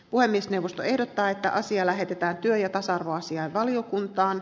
puhemiesneuvosto ehdottaa että asia lähetetään työ ja tasa arvoasiainvaliokuntaan